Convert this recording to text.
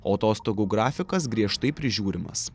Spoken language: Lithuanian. o atostogų grafikas griežtai prižiūrimas